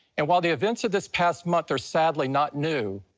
and while the events of this past month are sadly not new,